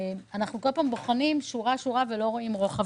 אנחנו כל פעם בוחנים שורה שורה ולא רואים רוחב.